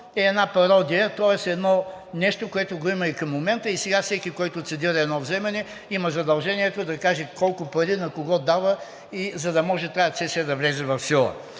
е една пародия, тоест едно нещо, което го има и към момента, и сега всеки, който цедира едно вземане, има задължението да каже колко пари на кого дава, за да може тази цесия да влезе в сила.